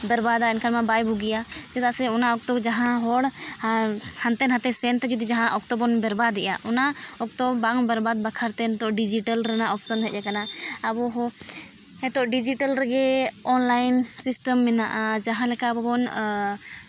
ᱵᱮᱨᱵᱟᱫᱟ ᱮᱱᱠᱷᱟᱱ ᱢᱟ ᱵᱟᱭ ᱵᱩᱜᱤᱭᱟ ᱪᱮᱫᱟᱜ ᱥᱮ ᱚᱱᱟ ᱚᱠᱛᱚ ᱡᱟᱦᱟᱸ ᱦᱚᱲ ᱦᱟᱱᱛᱮ ᱱᱟᱛᱮ ᱥᱮᱱ ᱛᱷᱮᱜᱮ ᱡᱟᱦᱟᱸ ᱚᱠᱛᱚ ᱵᱚᱱ ᱵᱮᱨᱵᱟᱫᱮᱜᱼᱟ ᱚᱱᱟ ᱚᱠᱛᱚ ᱵᱟᱝ ᱵᱮᱨᱵᱟᱫ ᱵᱟᱠᱷᱨᱟ ᱛᱮ ᱱᱤᱛᱚᱜ ᱰᱤᱡᱤᱴᱟᱞ ᱨᱮᱱᱟᱜ ᱚᱯᱷᱥᱮᱱ ᱦᱮᱡ ᱠᱟᱱᱟ ᱟᱵᱚ ᱦᱚᱸ ᱱᱤᱛᱚᱜ ᱰᱤᱡᱤᱴᱟᱞ ᱨᱮᱜᱮ ᱚᱱᱞᱟᱭᱤᱱ ᱥᱤᱥᱴᱮᱢ ᱢᱮᱱᱟᱜᱼᱟ ᱡᱟᱦᱟᱸ ᱞᱮᱠᱟ ᱟᱵᱚ ᱵᱚᱱ